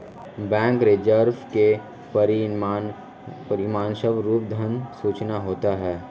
bank reserve के परिणामस्वरूप धन सृजन होता है